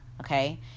okay